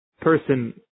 person